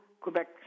Quebec